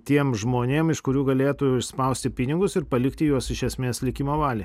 tiem žmonėm iš kurių galėtų išspausti pinigus ir palikti juos iš esmės likimo valiai